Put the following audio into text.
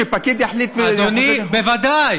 שפקיד יחליט, יחווה דעה, אדוני, בוודאי.